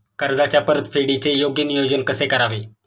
कर्जाच्या परतफेडीचे योग्य नियोजन कसे करावे?